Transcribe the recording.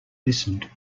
listened